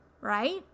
right